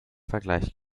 vergleich